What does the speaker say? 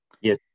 Yes